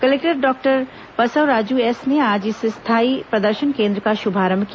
collector doctor Basavaraju S ने आज इस स्थायी प्रदर्शन केंद्र का शुभारंभ किया